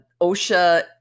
OSHA